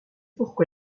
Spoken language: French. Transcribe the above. pourquoi